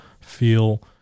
feel